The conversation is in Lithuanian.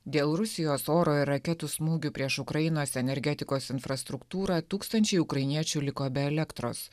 dėl rusijos oro ir raketų smūgių prieš ukrainos energetikos infrastruktūrą tūkstančiai ukrainiečių liko be elektros